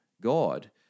God